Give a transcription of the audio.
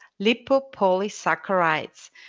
lipopolysaccharides